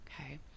okay